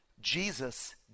Jesus